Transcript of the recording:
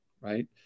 right